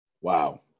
Wow